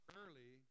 early